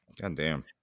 Goddamn